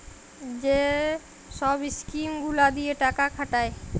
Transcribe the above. যে ছব ইস্কিম গুলা দিঁয়ে টাকা খাটায়